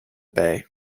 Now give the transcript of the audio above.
bay